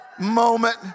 moment